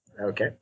Okay